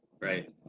right